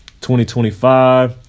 2025